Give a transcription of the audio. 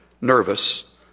nervous